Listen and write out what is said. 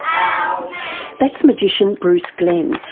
um that's magician bruce glen,